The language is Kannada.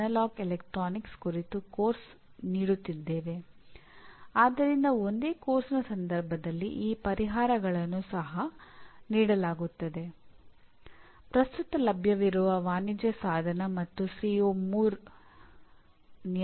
ಈಗ ಔಟ್ಕಮ್ ಬೇಸಡ್ ಎಜುಕೇಶನ್ ಪ್ರಮುಖ ಲಕ್ಷಣಗಳನ್ನು ನಾವು ಅರ್ಥಮಾಡಿಕೊಳ್ಳಬೇಕು